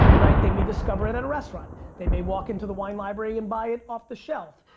right? they may discover it at a restaurant. they may walk into the wine library and buy it off the shelf.